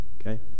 okay